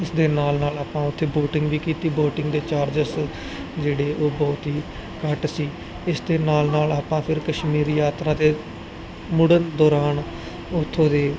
ਇਸ ਦੇ ਨਾਲ ਨਾਲ ਆਪਾਂ ਉੱਥੇ ਵੋਟਿੰਗ ਵੀ ਕੀਤੀ ਵੋਟਿੰਗ ਦੇ ਚਾਰਜਿਸ ਜਿਹੜੇ ਉਹ ਬਹੁਤ ਹੀ ਘੱਟ ਸੀ ਇਸ ਦੇ ਨਾਲ ਨਾਲ ਆਪਾਂ ਫਿਰ ਕਸ਼ਮੀਰੀ ਯਾਤਰਾ ਤੇ ਮੁੜਨ ਦੌਰਾਨ ਉੱਥੋਂ ਦੇ